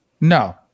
No